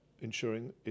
ensuring